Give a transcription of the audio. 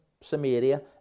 Samaria